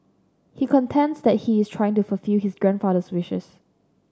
he contends that he is trying to fulfil his grandfather's wishes